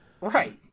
Right